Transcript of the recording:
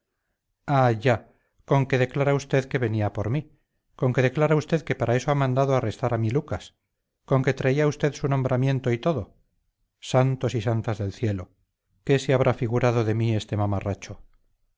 ah ya conque declara usted que venía por mí conque declara usted que para eso ha mandado arrestar a mi lucas conque traía usted su nombramiento y todo santos y santas del cielo qué se habrá figurado de mí este mamarracho